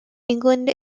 england